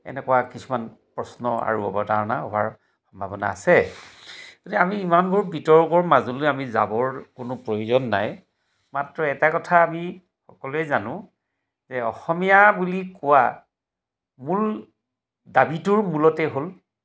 এনেকুৱা কিছুমান প্ৰশ্ন আৰু অৱতাৰণা হোৱাৰ সম্ভাৱনা আছে গতিকে আমি ইমানবোৰ বিতৰ্কৰ মাজুলী আমি যাবৰ কোনো প্ৰয়োজন নাই মাত্ৰ এটা কথা আমি সকলোৱে জানো যে অসমীয়া বুলি কোৱা মূল দাবীটোৰ মূলতে হ'ল